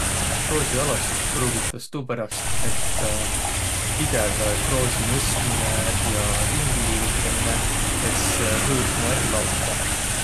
Kruusialossit pruugitas tuuperäst, et pitev kroosi nõstminõ ja ringiliigutaminõ es hõõrdnuq ärq lauda.